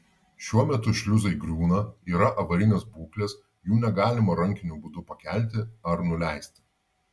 šiuo metu šliuzai griūna yra avarinės būklės jų negalima rankiniu būdu pakelti ar nuleisti